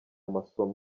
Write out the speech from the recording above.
masomo